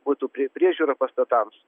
būtų prie priežiūra pastatams